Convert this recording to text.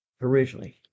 originally